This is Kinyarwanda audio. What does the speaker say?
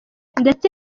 ndetse